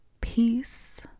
peace